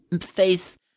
face